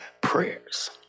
prayers